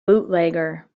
bootlegger